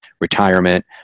retirement